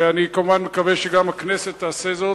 ואני כמובן מקווה שגם הכנסת תעשה זאת.